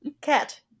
Cat